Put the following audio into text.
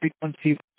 frequency